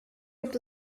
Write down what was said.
gibt